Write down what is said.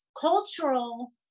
cultural